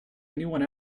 anyone